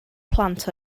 plant